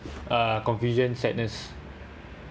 uh confusion sadness